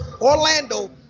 Orlando